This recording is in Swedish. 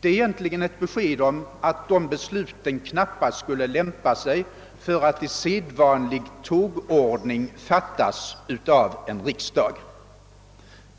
Det är egentligen ett besked om att besluten knappast skulle lämpa sig för att i sedvanlig tågordning fattas av en riksdag.